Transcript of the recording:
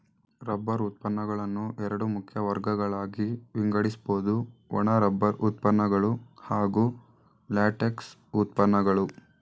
rubber ಉತ್ಪನ್ನಗಳನ್ನು ಎರಡು ಮುಖ್ಯ ವರ್ಗಗಳಾಗಿ ವಿಂಗಡಿಸ್ಬೋದು ಒಣ ರಬ್ಬರ್ ಉತ್ಪನ್ನಗಳು ಹಾಗೂ ಲ್ಯಾಟೆಕ್ಸ್ ಉತ್ಪನ್ನಗಳು